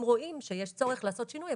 עצמו אם רואים שיש צורך לעשות שינוי.